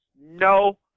No